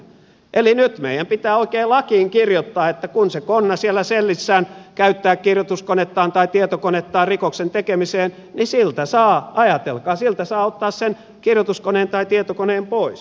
eli nyt meidän pitää oikein lakiin kirjoittaa että kun se konna siellä sellissään käyttää kirjoituskonettaan tai tietokonettaan rikoksen tekemiseen niin siltä saa ajatelkaa ottaa sen kirjoituskoneen tai tietokoneen pois